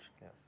Yes